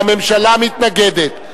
והממשלה מתנגדת.